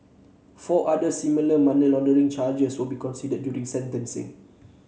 four other similar money laundering charges will be considered during sentencing